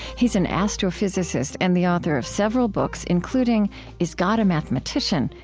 he's an astrophysicist and the author of several books including is god a mathematician?